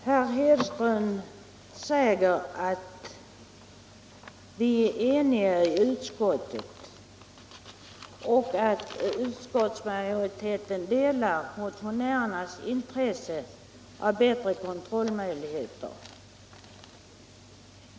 Herr talman! Herr Hedström säger att vi är eniga i utskottet och att utskottsmajoriteten delar motionärernas intresse av bättre kontrollmöjligheter.